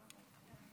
כן, זה נכון,